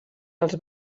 els